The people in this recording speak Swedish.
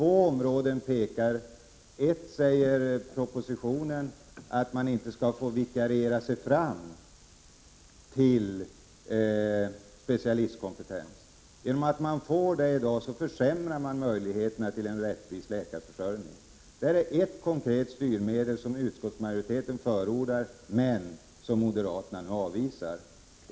I propositionen sägs att man inte skall få vikariera sig fram till specialistkompetens. Genom att man får det i dag försämras möjligheterna till en rättvis läkarförsörjning. Det gäller här ett konkret styrmedel som utskottsmajoriteten förordar men som moderaterna avvisar.